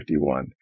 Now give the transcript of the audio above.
51